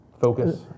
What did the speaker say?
focus